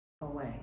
away